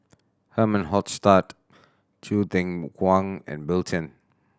Herman Hochstadt Choo Kwang and Bill Chen